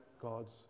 God's